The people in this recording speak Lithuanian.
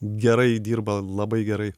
gerai dirba labai gerai